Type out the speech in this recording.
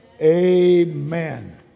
amen